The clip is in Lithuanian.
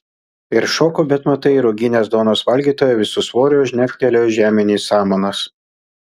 ir šoko bet matai ruginės duonos valgytoja visu svoriu žnegtelėjo žemėn į samanas